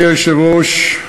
אדוני היושב-ראש,